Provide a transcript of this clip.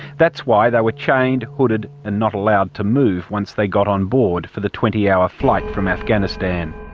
that's why they were chained, hooded and not allowed to move once they got on board for the twenty hour flight from afghanistan.